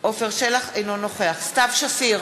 אינו נוכח סתיו שפיר,